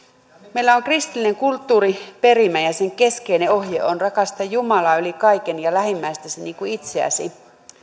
meillä on kristillinen kulttuuriperimä ja sen keskeinen ohje on rakasta jumalaa yli kaiken ja lähimmäistäsi niin kuin itseäsi